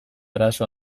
arazo